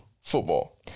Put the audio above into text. football